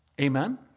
Amen